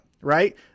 right